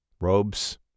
robes